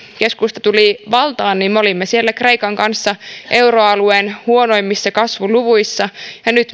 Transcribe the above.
keskusta tuli valtaan me olimme kreikan kanssa euroalueen huonoimmissa kasvuluvuissa ja nyt